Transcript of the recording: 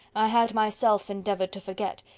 i had myself endeavoured to forget,